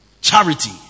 charity